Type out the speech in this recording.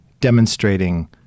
demonstrating